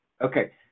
Okay